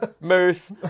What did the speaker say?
Moose